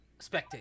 Spectate